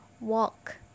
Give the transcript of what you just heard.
Walk